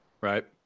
right